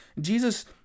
Jesus